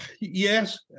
Yes